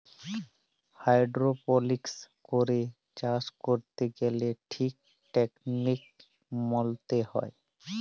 hydroponics করে চাষ ক্যরতে গ্যালে ঠিক টেকলিক মলতে হ্যয়